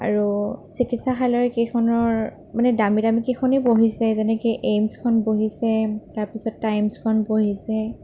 আৰু চিকিৎসালয় কেইখনৰ মানে দামী দামী কেইখনেই বহিছে যেনেকৈ এইমছখন বহিছে তাৰপাছত টাইমছখন বহিছে